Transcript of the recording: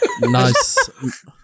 nice